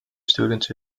students